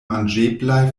manĝeblaj